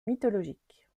mythologique